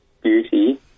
beauty